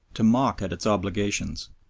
to mock at its obligations,